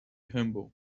humble